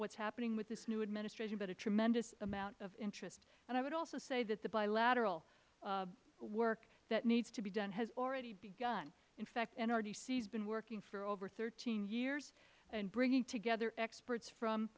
what is happening with this new administration but a tremendous amount of interest i would also say that the bilateral work that needs to be done has already begun in fact nrdc has been working for over thirteen years in bringing together experts from